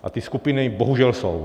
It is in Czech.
A ty skupiny bohužel jsou.